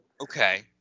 Okay